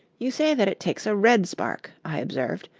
you say that it takes a red spark, i observed,